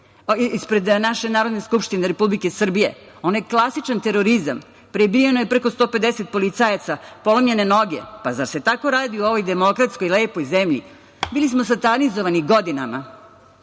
ispred naše Narodne skupštine Republike Srbije, onaj klasičan terorizam, prebijeno je preko 150 policajaca, polomljene noge, pa zar se tako radi u ovoj demokratskoj i lepoj zemlji? Bili smo satanizovani godinama,